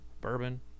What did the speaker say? bourbon